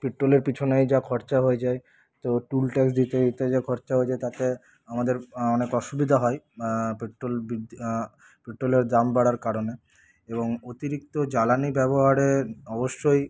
পেট্রোলের পিছনেই যা খরচা হয়ে যায় তো টুল ট্যাক্স দিতে দিতেই যা খরচা হয়ে যায় তাতে আমাদের অনেক অসুবিধা হয় পেট্রোল পেট্রোলের দাম বাড়ার কারণে এবং অতিরিক্ত জ্বালানি ব্যবহারে অবশ্যই